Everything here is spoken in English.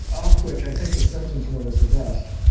of which i think the simpson's one is the best.